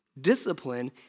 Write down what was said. Discipline